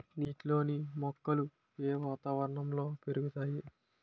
నీటిలోని మొక్కలు ఏ వాతావరణంలో పెరుగుతాయి?